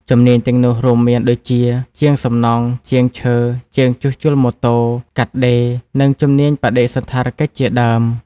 ជំនាញទាំងនោះរួមមានដូចជា ជាងសំណង់ ជាងឈើ ជាងជួសជុលម៉ូតូ កាត់ដេរ និងជំនាញបដិសណ្ឋារកិច្ចជាដើម។